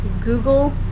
google